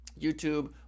YouTube